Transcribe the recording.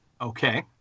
Okay